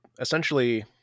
essentially